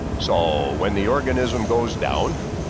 so when the organism goes down,